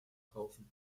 verkaufen